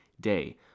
day